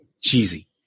cheesy